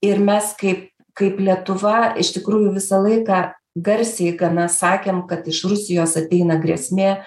ir mes kaip kaip lietuva iš tikrųjų visą laiką garsiai gana sakėm kad iš rusijos ateina grėsmė